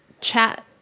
Chat